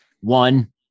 one